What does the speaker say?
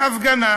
הפגנה